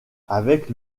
avec